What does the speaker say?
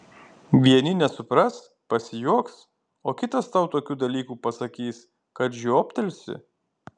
vieni nesupras pasijuoks o kitas tau tokių dalykų pasakys kad žioptelsi